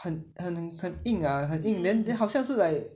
很很很硬啊很硬 then then 好像是 like